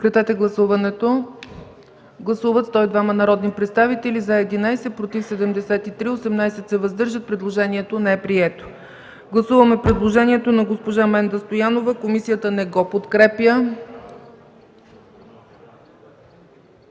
от комисията. Гласували 102 народни представители: за 11, против 73, въздържали се 18. Предложението не е прието. Гласуваме предложението на госпожа Менда Стоянова – комисията не го подкрепя.